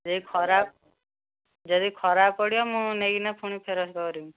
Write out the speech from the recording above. ଯଦି ଖରାପ ଯଦି ଖରାପ ପଡ଼ିବ ମୁଁ ନେଇକିନା ପୁଣି ଫେରସ୍ତ କରିବି